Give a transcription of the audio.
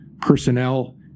personnel